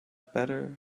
better